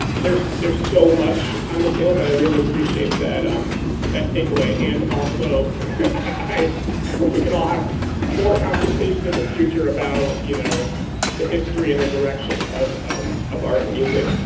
there's there's so much on the table. but i really appreciate that um that takeaway. and also i i hope we can all have more conversations in the future about you know the history and the direction of of art and music.